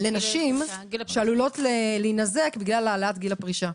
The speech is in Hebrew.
לנשים שעלולות להינזק בגלל העלאת גיל הפרישה.